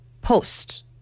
post